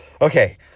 Okay